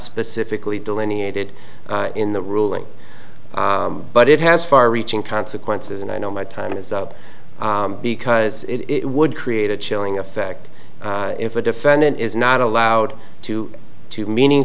specifically delineated in the ruling but it has far reaching consequences and i know my time is up because it would create a chilling effect if a defendant is not allowed to to meaning